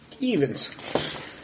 evens